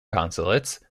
consulates